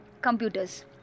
computers